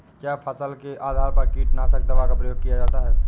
क्या फसल के आधार पर कीटनाशक दवा का प्रयोग किया जाता है?